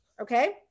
Okay